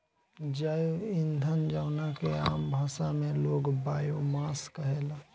जैव ईंधन जवना के आम भाषा में लोग बायोमास कहेला